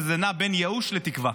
וזה נע בין ייאוש לבין תקווה.